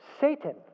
Satan